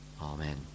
Amen